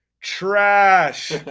trash